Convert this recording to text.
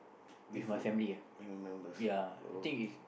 with your family members oh K